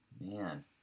Man